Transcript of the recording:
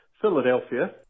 Philadelphia